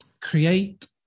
Create